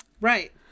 Right